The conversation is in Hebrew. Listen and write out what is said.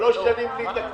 שלוש שנים בלי תקציב.